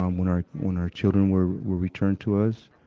um when our, when our children were, were returned to us.